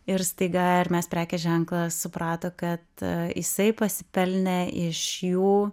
ir staiga ir mes prekės ženklą suprato kad jisai pasipelnė iš jų